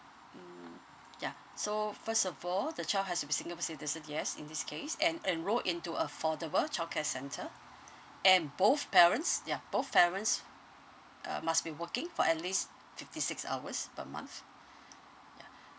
mm ya so first of all the child has to be singapore citizen yes in this case and enrol into affordable childcare centre and both parents ya both parents uh must be working for at least fifty six hours per month ya